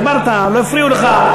דיברת, לא הפריעו לך.